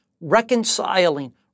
reconciling